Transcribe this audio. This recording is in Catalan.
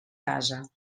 casa